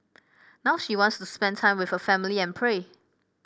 now she wants to spend time with her family and pray